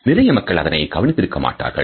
நிறைய மக்கள் அதனை கவனித்திருக்க மாட்டார்கள்